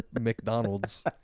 McDonald's